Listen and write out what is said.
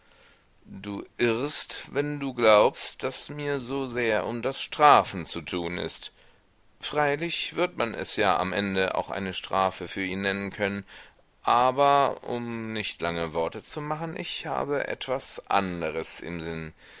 du irrst wenn du glaubst daß mir so sehr um das strafen zu tun ist freilich wird man es ja am ende auch eine strafe für ihn nennen können aber um nicht lange worte zu machen ich habe etwas anderes im sinn